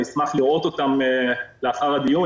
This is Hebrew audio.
אשמח לראות אותם לאחר הדיון,